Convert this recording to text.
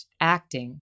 acting